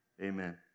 Amen